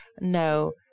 no